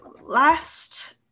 last